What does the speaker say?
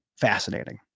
fascinating